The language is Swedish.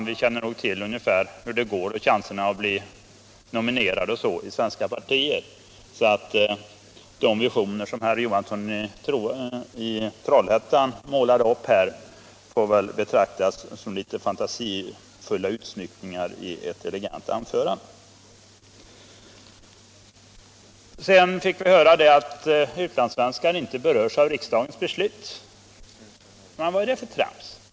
Vi känner nog till hur det brukar gå med chanserna att bli nominerad i de svenska partierna. De visioner som herr Johansson i Trollhättan målar upp får väl betraktas som litet fantasifulla utsmyckningar i ett elegant anförande. Sedan fick vi höra att utlandssvenskarna inte berörs av riksdagens beslut. Vad är det för trams!